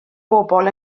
bobol